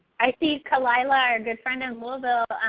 i see calilah, our good friend in louisville,